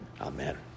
Amen